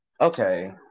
okay